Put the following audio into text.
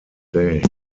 day